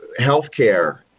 healthcare